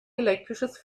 elektrisches